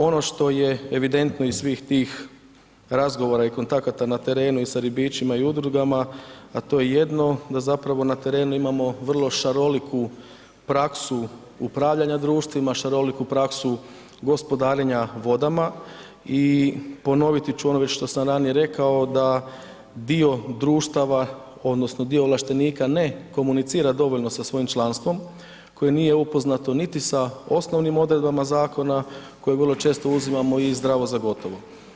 Ono što je evidentno iz svih tih razgovora i kontakta na terenu i sa ribičima i udrugama, a to je jedno da zapravo na terenu imamo vrlo šaroliku praksu upravljanja društvima, šaroliku praksu gospodarenja vodama i ponoviti ću ono što sam ranije rekao da dio društava odnosno dio ovlaštenika ne komunicira dovoljno sa svojim članstvom koji je nije upoznato niti sa osnovnim odredbama zakona koje vrlo često uzimamo i zdravo za gotovo.